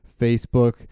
Facebook